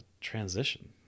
transition